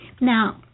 Now